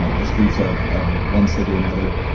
ah the streets of of one city or another,